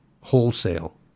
wholesale